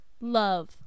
Love